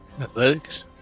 Athletics